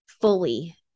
fully